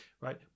right